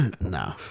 No